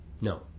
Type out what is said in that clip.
No